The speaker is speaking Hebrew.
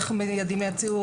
איך מיידעים את הציבור,